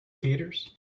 theatres